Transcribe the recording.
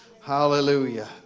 Hallelujah